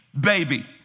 baby